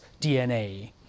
DNA